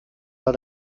wir